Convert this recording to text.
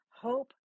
Hope